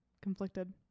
conflicted